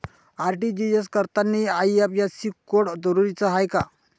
RTGS करतांनी IFSC code जरुरीचा हाय का?